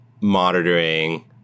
monitoring